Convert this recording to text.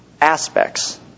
aspects